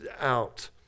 out